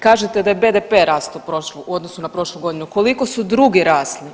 Kažete da je BDP rastao u odnosu na prošlu godinu, koliko su drugi rasli.